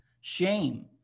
Shame